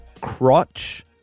crotch